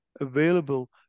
available